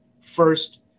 first